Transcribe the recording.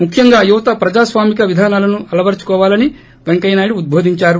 ముఖ్యంగా యువత ప్రజాస్వామిక విధానాలను అలవరచుకోవాలని పెంకయ్యనాయుడు ఉద్బోదించారు